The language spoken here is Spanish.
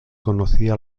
conoció